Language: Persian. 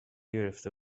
گرفته